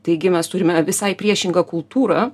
taigi mes turime visai priešingą kultūrą